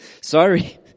Sorry